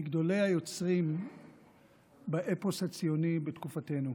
מגדולי היוצרים באפוס הציוני בתקופתנו.